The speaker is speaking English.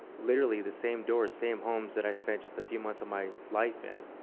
literally the same doors, same homes, that i spent just a few months of my life in.